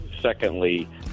secondly